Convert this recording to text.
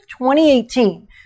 2018